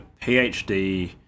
PhD